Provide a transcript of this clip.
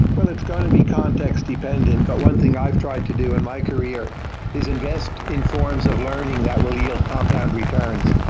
well, it's going to be context dependent. but one thing i've tried to do in my career is invest in forms of learning that will yield compound returns,